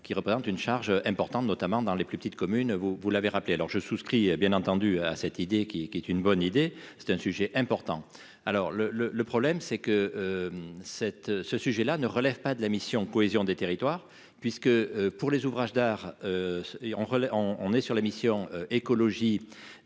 qui représente une charge importante, notamment dans les plus petites communes, vous, vous l'avez rappelé alors je souscris bien entendu à cette idée, qui est, qui est une bonne idée, c'est un sujet important, alors le le le problème, c'est que cette ce sujet-là ne relèvent pas de la mission cohésion des territoires, puisque pour les ouvrages d'art et on on on est sur la mission Écologie